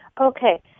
Okay